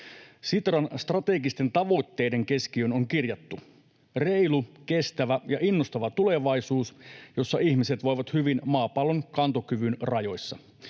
Sitran strategisten tavoitteiden keskiöön on kirjattu: ”Reilu, kestävä ja innostava tulevaisuus, jossa ihmiset voivat hyvin maapallon kantokyvyn rajoissa.”